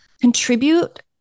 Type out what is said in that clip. contribute